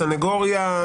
הסניגוריה,